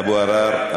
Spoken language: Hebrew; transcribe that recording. אבו עראר.